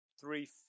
three